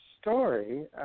story